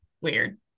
Weird